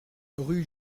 rue